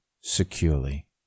securely